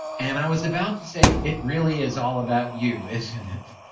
and i was about to say, it really is all about you, isn't it?